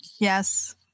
Yes